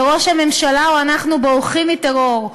וראש הממשלה או אנחנו בורחים מטרור.